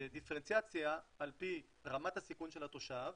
בדיפרנציאציה על פי רמת הסיכון של התושב,